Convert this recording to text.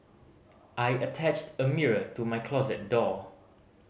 I attached a mirror to my closet door